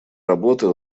работы